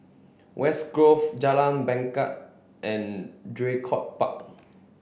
West Grove Jalan Bangket and Draycott Park